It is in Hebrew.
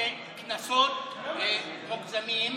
זה קנסות מוגזמים,